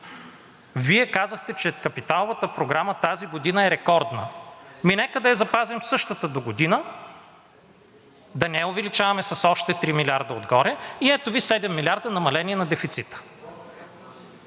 Вие казахте, че капиталовата програма тази година е рекордна. Ми нека да я запазим същата догодина, да не я увеличаваме с още 3 милиарда отгоре и ето Ви 7 милиарда намаление на дефицита,